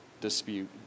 dispute